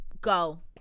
go